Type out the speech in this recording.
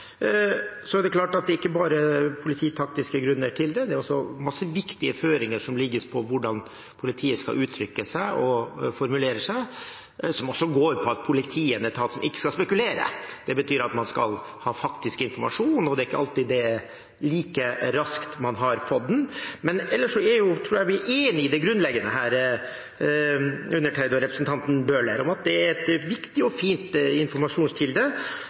Så er det klart at det ikke bare er polititaktiske grunner til det. Det er også mange viktige føringer som legges på hvordan politiet skal uttrykke og formulere seg, og som også går på at politiet er en etat som ikke skal spekulere. Det betyr at man skal ha faktisk informasjon, og det er ikke alltid man har fått den like raskt. Men jeg tror undertegnede og representanten Bøhler er enig i det grunnleggende her, at det er en viktig og fin informasjonskilde,